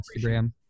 Instagram